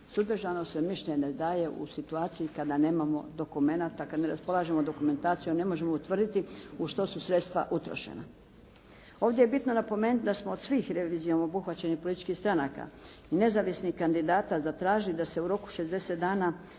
Suzdržano se mišljenje daje u situaciji kada nemamo dokumenata, kada ne raspolažemo dokumentacijom, ne možemo utvrditi u što su sredstva utrošena. Ovdje je bitno napomenuti da smo od svih revizijom obuhvaćenih političkih stranaka i nezavisnih kandidata zatražili da se u roku 60 dana